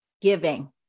giving